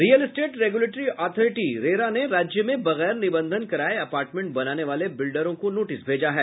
real estate regulatory authority RERA ने राज्य में बगैर निबंधन कराये आपर्टमेंट बनाने वाले बिल्डरों को नोटिस भेजा है